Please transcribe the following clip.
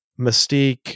mystique